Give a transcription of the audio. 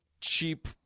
cheap